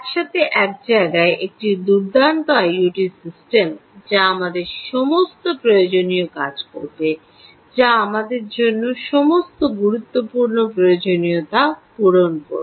একসাথে একজায়গায় একটি দুর্দান্ত আইওটি সিস্টেম যা আমাদের সমস্ত প্রয়োজনীয় কাজ করবে যা আমাদের জন্য সমস্ত গুরুত্বপূর্ণ প্রয়োজনীয়তা পূরণ করবে